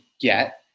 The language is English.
get